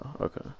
okay